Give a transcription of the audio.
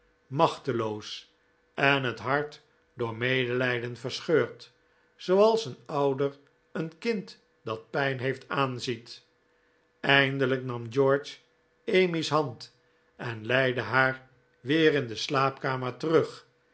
machteloos en het hart door medelijden verscheurd zooals een ouder een kind dat pijn heeft aanziet eindelijk nam george emmy's hand en leidde haar weer in de slaapkamer terug